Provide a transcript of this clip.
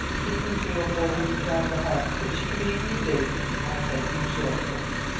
keeping three or four hundred yards ahead, which she could easily do by taking short cuts.